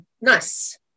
Nice